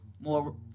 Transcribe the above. more